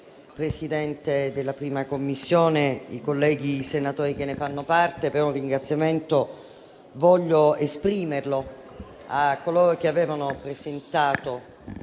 Grazie